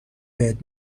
بهت